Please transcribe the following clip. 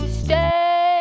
stay